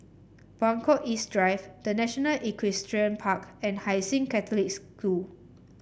Buangkok East Drive The National Equestrian Park and Hai Sing Catholic School